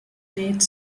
made